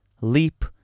Leap